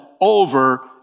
over